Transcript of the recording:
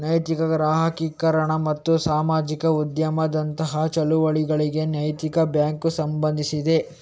ನೈತಿಕ ಗ್ರಾಹಕೀಕರಣ ಮತ್ತು ಸಾಮಾಜಿಕ ಉದ್ಯಮದಂತಹ ಚಳುವಳಿಗಳಿಗೆ ನೈತಿಕ ಬ್ಯಾಂಕು ಸಂಬಂಧಿಸಿದೆ